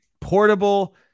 portable